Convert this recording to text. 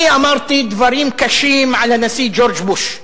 אני אמרתי דברים קשים על הנשיא ג'ורג' בוש.